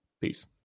Peace